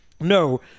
No